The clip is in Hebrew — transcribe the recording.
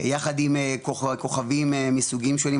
יחד עם כוכבים מסוגים שונים,